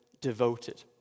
devoted